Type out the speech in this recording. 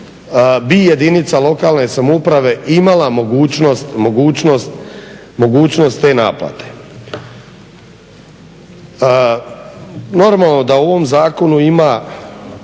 bi jedinica lokalne samouprave imala mogućnost te naplate. Normalno da u ovom zakonu ima